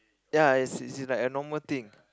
ya it's it's like a normal thing